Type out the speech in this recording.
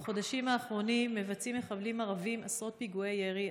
בחודשים האחרונים מבצעים מחבלים ערבים עשרות פיגועי ירי,